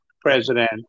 president